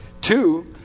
Two